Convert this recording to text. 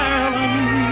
Ireland